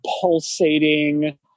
pulsating